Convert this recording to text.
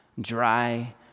dry